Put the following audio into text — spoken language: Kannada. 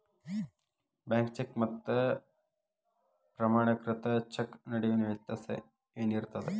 ಬ್ಯಾಂಕ್ ಚೆಕ್ ಮತ್ತ ಪ್ರಮಾಣೇಕೃತ ಚೆಕ್ ನಡುವಿನ್ ವ್ಯತ್ಯಾಸ ಏನಿರ್ತದ?